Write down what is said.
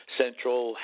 central